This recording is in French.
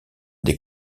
des